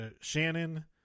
shannon